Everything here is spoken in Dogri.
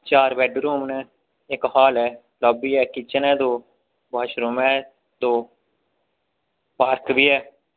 चार बैड्ड रूम न इक हाल ऐ लाब्बी ऐ किचन ऐ दो बाशरूम ऐ दो पार्क बी ऐ